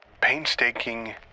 painstaking